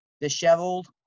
disheveled